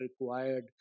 required